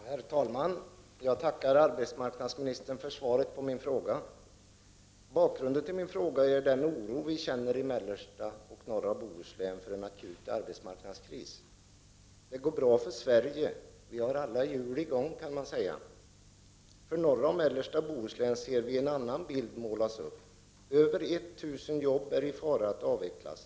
Herr talman! Jag tackar arbetsmarknadsministern för svaret på min fråga. Bakgrunden till frågan är den oro vi känner i mellersta och norra Bohuslän för en akut arbetsmarknadskris. Det går bra för Sverige. Vi har alla hjul i gång, kan man säga. För norra och mellersta Bohuslän ser vi en annan bild målas upp. Över 1000 jobb riskerar att avvecklas.